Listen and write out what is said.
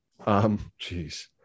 Jeez